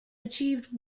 achieved